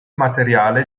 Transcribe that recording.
materiale